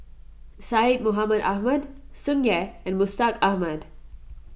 Syed Mohamed Ahmed Tsung Yeh and Mustaq Ahmad